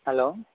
hello